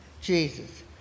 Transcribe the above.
Jesus